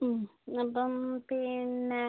അപ്പം പിന്നെ